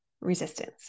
resistance